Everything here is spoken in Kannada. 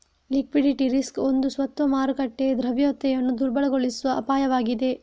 ಲಿಕ್ವಿಡಿಟಿ ರಿಸ್ಕ್ ಒಂದು ಸ್ವತ್ತು ಮಾರುಕಟ್ಟೆ ದ್ರವ್ಯತೆಯನ್ನು ದುರ್ಬಲಗೊಳಿಸುವ ಅಪಾಯವಾಗಿದೆ